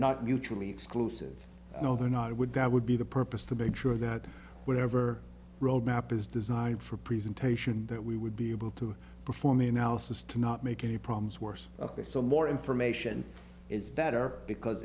not mutually exclusive you know they're not i would that would be the purpose to make sure that whatever roadmap is designed for presentation that we would be able to perform the analysis to not make any problems worse ok so more information is better because